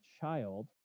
child